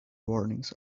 warnings